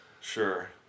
Sure